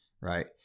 right